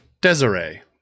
Desiree